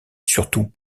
surtout